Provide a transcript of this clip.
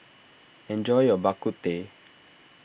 enjoy your Bak Kut Teh